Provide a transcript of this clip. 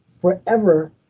forever